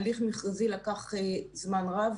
הליך מכרזי לקח זמן רב.